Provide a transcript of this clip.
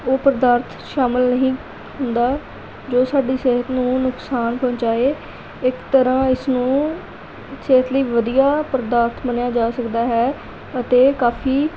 ਉਹ ਪਦਾਰਥ ਸ਼ਾਮਿਲ ਨਹੀ ਹੁੰਦਾ ਜੋ ਸਾਡੀ ਸਿਹਤ ਨੂੰ ਨੁਕਸਾਨ ਪਹੁੰਚਾਏ ਇੱਕ ਤਰ੍ਹਾਂ ਇਸਨੂੰ ਸਿਹਤ ਲਈ ਵਧੀਆ ਪਦਾਰਥ ਮੰਨਿਆ ਜਾ ਸਕਦਾ ਹੈ ਅਤੇ ਕਾਫ਼ੀ